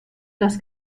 das